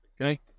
okay